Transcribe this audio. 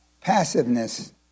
Passiveness